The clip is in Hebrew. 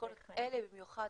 ובמיוחד